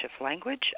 language